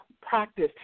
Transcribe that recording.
practice